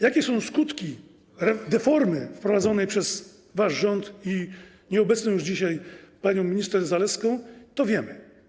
Jakie są skutki deformy wprowadzonej przez wasz rząd i nieobecną już dzisiaj panią minister Zalewską, to wiemy.